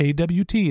AWT